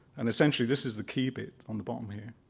and essentially this is the key bit on the bottom here.